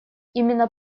именно